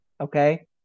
okay